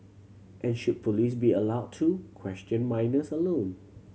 and should police be allowed to question minors alone